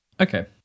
Okay